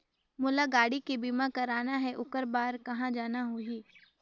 मोला गाड़ी के बीमा कराना हे ओकर बार कहा जाना होही?